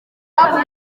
akazi